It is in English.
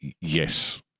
Yes